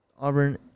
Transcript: Auburn